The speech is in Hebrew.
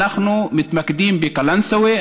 אנחנו מתמקדים בקלנסווה,